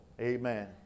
Amen